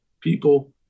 people